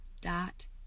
dot